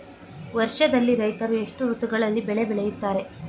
ವರ್ಷದಲ್ಲಿ ರೈತರು ಎಷ್ಟು ಋತುಗಳಲ್ಲಿ ಬೆಳೆ ಬೆಳೆಯುತ್ತಾರೆ?